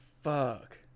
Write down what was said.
fuck